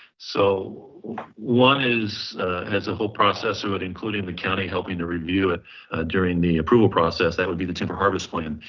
so one is as a whole process of it, including the county helping to review it during the approval process, that would be the timber harvest plan.